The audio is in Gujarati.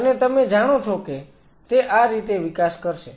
અને તમે જાણો છો કે તે આ રીતે વિકાસ કરશે